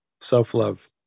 self-love